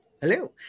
Hello